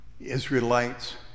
Israelites